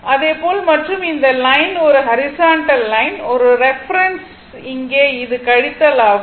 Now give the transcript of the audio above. அதேபோல் மற்றும் இந்த லைன் ஒரு ஹரிசாண்டல் லைன் ஒரு ரெஃபரென்ஸ் இங்கே இது கழித்தல் ஆகும்